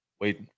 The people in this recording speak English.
wait